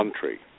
country